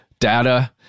Data